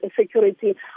security